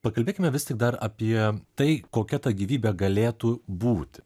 pakalbėkime vis tik dar apie tai kokia ta gyvybė galėtų būti